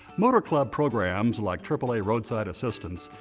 motor club programs, like triple a roadside assistance,